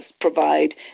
provide